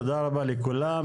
תודה רבה לכולם.